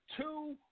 two